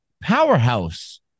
powerhouse